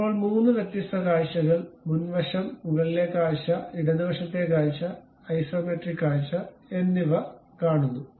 ഇപ്പോൾ 3 വ്യത്യസ്ത കാഴ്ചകൾ മുൻവശം മുകളിലെ കാഴ്ച ഇടത് വശത്തെ കാഴ്ച ഐസോമെട്രിക് കാഴ്ച എന്നിവ കാണുക